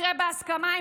יקרה בהסכמה.